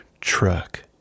truck